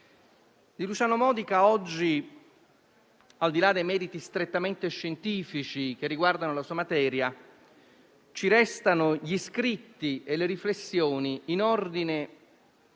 Di Luciano Modica oggi, al di là dei meriti strettamente scientifici che riguardano la sua materia, ci restano gli scritti e le riflessioni in ordine